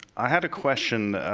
i had a question,